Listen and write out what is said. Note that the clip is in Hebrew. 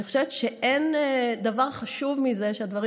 אני חושבת שאין דבר חשוב מזה שהדברים